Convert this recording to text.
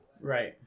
Right